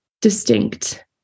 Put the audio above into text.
distinct